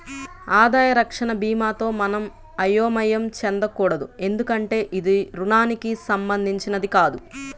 ఆదాయ రక్షణ భీమాతో మనం అయోమయం చెందకూడదు ఎందుకంటే ఇది రుణానికి సంబంధించినది కాదు